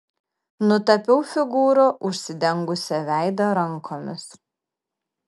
nutapiau figūrą užsidengusią veidą rankomis